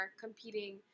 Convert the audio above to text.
competing